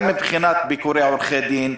גם מבחינת ביקורי עורכי דין,